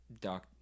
doc